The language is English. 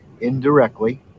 indirectly